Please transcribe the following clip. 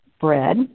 bread